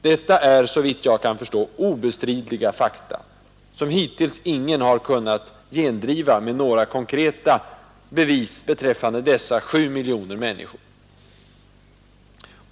Detta är såvitt jag kan förstå obestridliga fakta som hittills ingen har kunnat gendriva med några konkreta bevis beträffande dessa 7 miljoner människor.